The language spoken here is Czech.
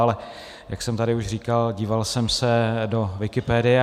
Ale jak jsem tady už říkal, díval jsem se do Wikipedie.